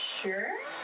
sure